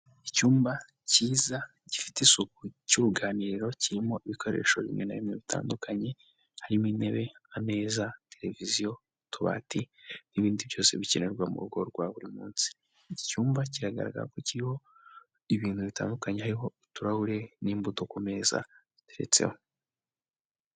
Icyumba cyiza, gifite isuku cy'uruganiriro, kirimo ibikoresho bimwe na bimwe bitandukanye, harimo intebe, ameza, tereviziyo, utubati n'ibindi byose bikenerwa mu rugo rwa buri munsi. Iki cyumba kiragaragara ko kiriho ibintu bitandukanye hariho uturahuri n'imbuto ku meza biretseho.